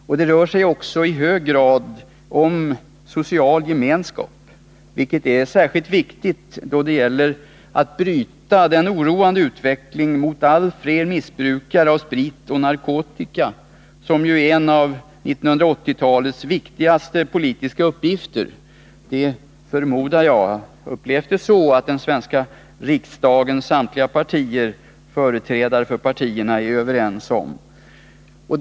Detta rör sig också i hög grad om social gemenskap, vilket är särskilt viktigt då det gäller att bryta den oroande utvecklingen mot allt fler missbrukare av sprit och narkotika — ett område där vi har en av 1980-talets viktigaste politiska uppgifter. Jag förmodar, och har upplevt det så, att företrädare för samtliga partier i den svenska riksdagen är överens om det.